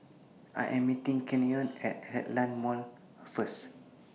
I Am meeting Canyon At Heartland Mall First